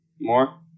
more